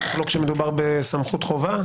בטח לא כשמדובר בסמכות חובה.